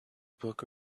book